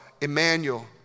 Emmanuel